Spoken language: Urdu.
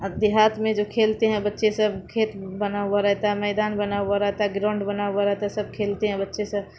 اب دیہات میں جو کھیلتے ہیں بچے سب کھیت بنا ہوا رہتا ہے میدان بنا ہوا رہتا ہے گراؤنڈ بنا ہوا رہتا ہے سب کھیلتے ہیں بچے سب